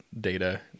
data